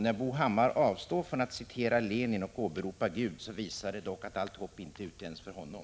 När Bo Hammar avstår från att citera Lenin och i stället åberopar Gud, visar det att allt hopp inte är ute ens för honom.